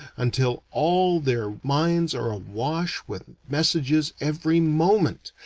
until all their minds are awash with messages every moment,